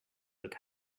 look